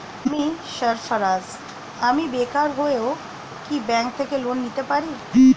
আমি সার্ফারাজ, আমি বেকার হয়েও কি ব্যঙ্ক থেকে লোন নিতে পারি?